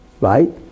right